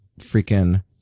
Freaking